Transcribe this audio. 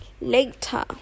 later